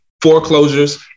foreclosures